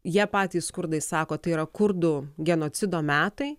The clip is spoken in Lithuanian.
jie patys kurdai sako tai yra kurdų genocido metai